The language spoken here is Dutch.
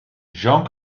jean